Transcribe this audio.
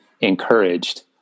encouraged